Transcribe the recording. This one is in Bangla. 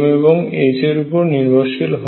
m এবং h এর উপর নির্ভরশীল হয়